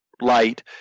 light